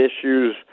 issues